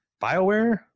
BioWare